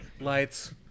Lights